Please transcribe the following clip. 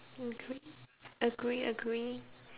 okay agree agree